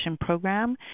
program